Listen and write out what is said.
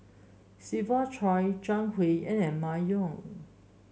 Siva Choy Zhang Hui and Emma Yong